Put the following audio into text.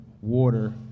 water